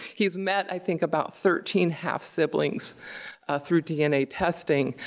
he's met, i think, about thirteen half-siblings through dna testing,